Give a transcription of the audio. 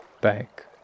back